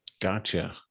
Gotcha